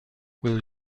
will